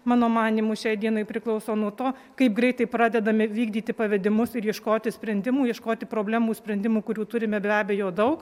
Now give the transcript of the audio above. mano manymu šiai dienai priklauso nuo to kaip greitai pradedame vykdyti pavedimus ir ieškoti sprendimų ieškoti problemų sprendimų kurių turime be abejo daug